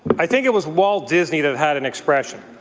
i think it was walt disney that had an expression.